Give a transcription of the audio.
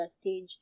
stage